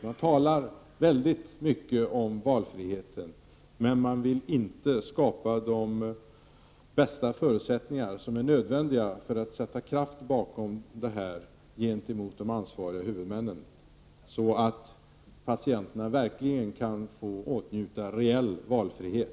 Man talar mycket om valfriheten, men vill inte skapa de nödvändiga förutsättningarna för att sätta kraft bakom orden gentemot de ansvariga huvudmännen, så att patienterna kan få åtnjuta en reell valfrihet.